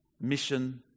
mission